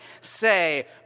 say